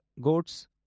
goats